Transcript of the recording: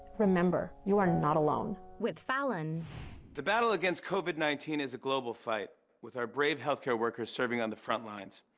remember, you are not alone. fallon the battle against covid nineteen is a global fight with our braver health care workers serving on the front lines.